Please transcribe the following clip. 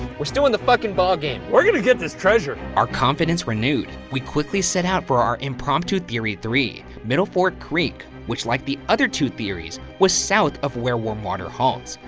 we're still in the fuckin' ball game. we're gonna get this treasure. our confidence renewed, we quickly set out for our impromptu theory three. middle fork creek, which like the other two theories, was south of where warm water halts,